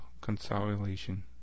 consolation